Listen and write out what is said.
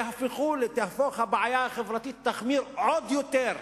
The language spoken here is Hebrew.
והבעיה החברתית תחמיר עוד יותר.